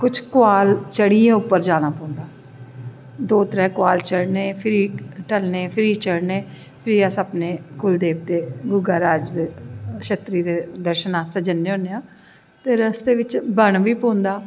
कुश कोआल चढ़ियै उप्पर जाना पौंदा दो त्रै कोआल चढ़नें फिर ढलनें फिर चढ़नें फिर अस अपने कुल देवते गूगा राज शत्तरी दे दर्शन आस्तै जन्नें आं ते रस्ते बिच्च बन बी पौंदा